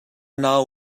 nau